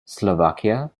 slovakia